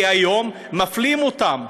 כי היום מפלים אותם.